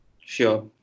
Sure